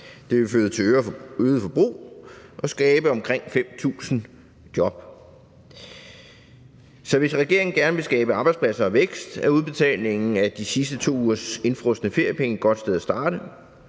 Det vil føre til øget forbrug og skabe omkring 5.000 job. Så hvis regeringen gerne vil skabe arbejdspladser og vækst, er udbetalingen af de sidste 2 ugers indefrosne feriepenge et godt sted at starte,